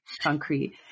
concrete